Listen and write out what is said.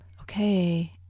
Okay